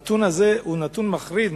הנתון הזה הוא נתון מחריד.